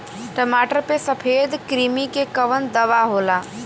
टमाटर पे सफेद क्रीमी के कवन दवा होला?